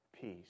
peace